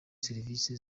serivisi